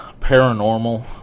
paranormal